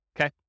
Okay